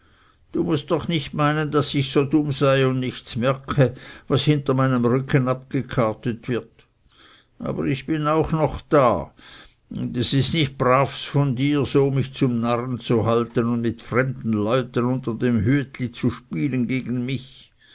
du mußt doch nicht meinen daß ich so dumm sei und nichts merke was hinter meinem rücken abgekartet wird aber ich bin auch noch da und es ist nicht bravs von dir so mich zum narren zu halten und mit fremden leuten unter dem hütli zu spielen gegen mich